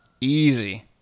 Easy